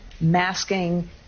masking